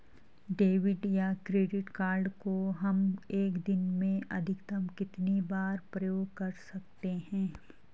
Debit या credit card को हम एक दिन में अधिकतम कितनी बार प्रयोग कर सकते हैं?